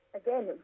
again